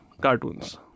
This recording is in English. cartoons